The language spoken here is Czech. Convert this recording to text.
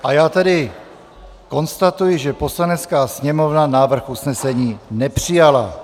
A já tedy konstatuji, že Poslanecká sněmovna návrh usnesení nepřijala.